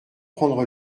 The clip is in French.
prendre